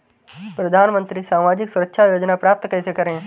प्रधानमंत्री सामाजिक सुरक्षा योजना प्राप्त कैसे करें?